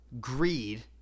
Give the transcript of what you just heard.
greed